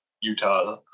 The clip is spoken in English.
Utah